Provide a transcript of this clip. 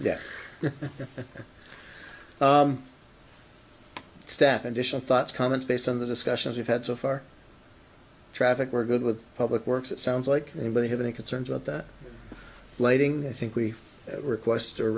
the staff additional thoughts comments based on the discussions we've had so far traffic we're good with public works it sounds like anybody have any concerns about that lading i think we request or